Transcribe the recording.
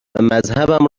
مذهبم